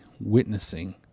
witnessing